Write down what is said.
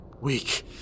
Weak